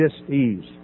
dis-ease